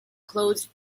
closed